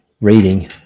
reading